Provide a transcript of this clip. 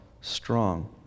strong